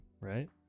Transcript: right